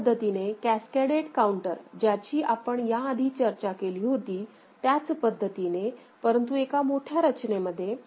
ह्या पद्धतीने cascaded counter ज्याची आपण या आधी चर्चा केली होती त्याचपद्धतीने परंतु एका मोठ्या रचनेमध्ये